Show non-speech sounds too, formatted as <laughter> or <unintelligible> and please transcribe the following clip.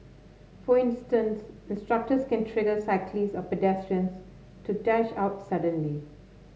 for instance instructors can <unintelligible> cyclists or pedestrians to dash out suddenly